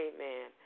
Amen